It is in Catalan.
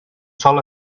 sol